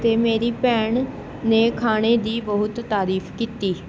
ਅਤੇ ਮੇਰੀ ਭੈਣ ਨੇ ਖਾਣੇ ਦੀ ਬਹੁਤ ਤਾਰੀਫ ਕੀਤੀ